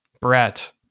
Brett